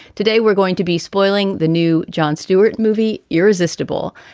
today, we're going to be spoiling the new jon stewart movie irresistible.